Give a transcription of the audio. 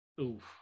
Oof